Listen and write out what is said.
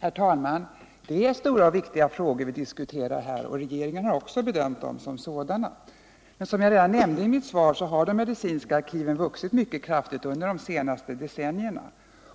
Herr talman! Det är stora och viktiga frågor vi diskuterar här, och regeringen har också bedömt dem som sådana. Men som jag nämnde i mitt svar har de medicinska arkiven vuxit mycket kraftigt under de senaste decennierna.